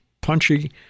punchy